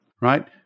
right